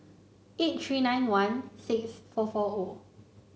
eight three nine one six four four O